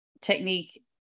technique